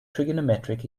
trigonometric